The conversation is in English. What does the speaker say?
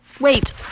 wait